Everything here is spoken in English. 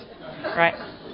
right